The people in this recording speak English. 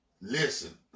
Listen